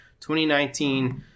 2019